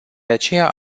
aceea